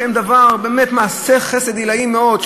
שבאמת עושים מעשה חסד עילאי מאוד,